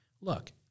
look